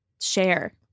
share